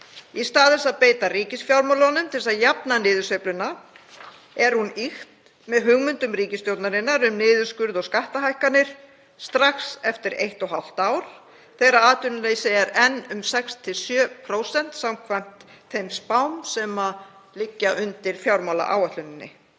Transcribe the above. Í stað þess að beita ríkisfjármálunum til þess að jafna niðursveifluna er hún ýkt með hugmyndum ríkisstjórnarinnar um niðurskurð og skattahækkanir strax eftir eitt og hálft ár þegar atvinnuleysi er enn um 6–7% samkvæmt þeim spám sem liggja undir fjármálaáætluninni.